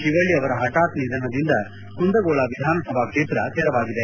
ಶಿವಳ್ಳಿ ಅವರ ಪಠಾತ್ ನಿಧನದಿಂದ ಕುಂದಗೋಳ ವಿಧಾನಸಭೆ ಕ್ಷೇತ್ರ ತೆರವಾಗಿದೆ